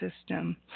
system